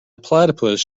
platypus